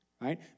right